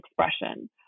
expression